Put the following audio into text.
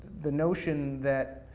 the notion that,